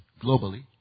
globally